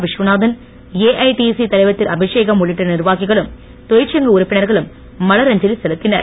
விஸ்வநாதன் ஏஐடியுசி தலைவர் திருஅபிஷேகம் உள்ளிட்ட நிர்வாகிகளும் தொழிற்சங்க உறுப்பினர்களும் மலர் அஞ்சலி செலுத்தினர்